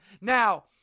Now